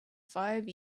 five